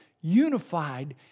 unified